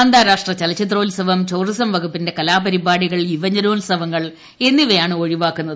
അന്താരാഷ്ട്രചലച്ചിത്രോൽസവം tourism വകുപ്പിന്റെ കലാപരിപാടികൾ യുവജനോൽസവങ്ങൾ എന്നിവയാണ് ഒഴിവാക്കുന്നത്